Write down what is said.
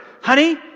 Honey